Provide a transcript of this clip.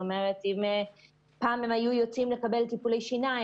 אם פעם הם היו יוצאים לקבל טיפולי שיניים